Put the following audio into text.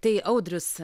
tai audrius